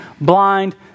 blind